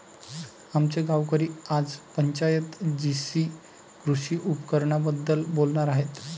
आमचे गावकरी आज पंचायत जीशी कृषी उपकरणांबद्दल बोलणार आहेत